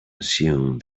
assume